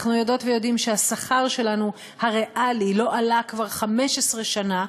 אנחנו יודעות ויודעים שהשכר הריאלי שלנו לא עלה כבר 15 שנה,